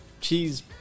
cheese